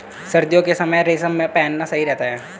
सर्दियों के समय में रेशम पहनना सही रहता है